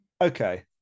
Okay